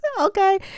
Okay